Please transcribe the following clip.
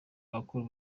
abakora